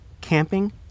camping